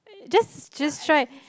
just just try